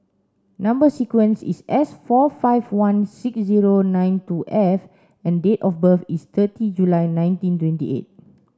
number sequence is S four five one six zero nine two F and date of birth is thirty July nineteen twenty eight